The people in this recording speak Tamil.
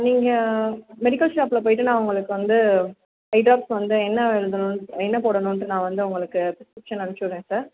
நீங்கள் மெடிக்கல் ஷாப்பில் போய்விட்டு நான் உங்களுக்கு வந்து ஐ ட்ராப்ஸ் வந்து என்ன எழுதணுன் என்ன போடணுன்ட்டு நான் வந்து உங்களுக்கு பிரிஸ்கிரிப்ஷன் அனுப்பிச்சி விட்றேன் சார்